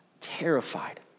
terrified